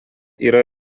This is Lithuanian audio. yra